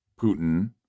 Putin